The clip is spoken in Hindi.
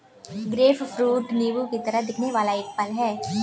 ग्रेपफ्रूट नींबू की तरह दिखने वाला एक फल है